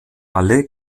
alle